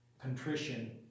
contrition